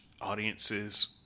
audiences